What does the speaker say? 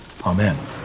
Amen